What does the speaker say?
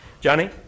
Johnny